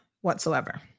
whatsoever